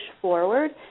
forward